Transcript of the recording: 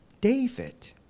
David